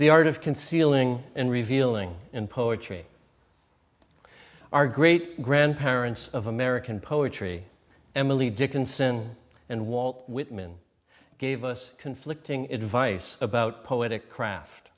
the art of concealing and revealing in poetry our great grandparents of american poetry emily dickinson and walt whitman gave us conflicting advice about poetic craft